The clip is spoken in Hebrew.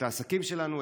את העסקים שלנו,